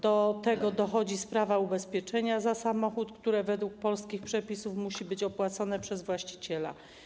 Do tego dochodzi sprawa ubezpieczenia za samochód, które według polskich przepisów musi być opłacone przez właściciela.